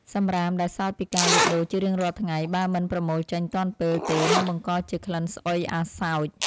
សំរាមដែលសល់ពីការលក់ដូរជារៀងរាល់ថ្ងៃបើមិនប្រមូលចេញទាន់ពេលទេនឹងបង្កជាក្លិនស្អុយអសោច។